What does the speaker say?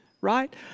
right